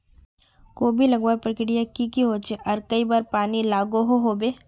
कोबी लगवार प्रक्रिया की की होचे आर कई बार पानी लागोहो होबे?